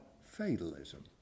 fatalism